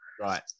Right